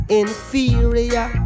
inferior